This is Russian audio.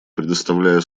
предоставляю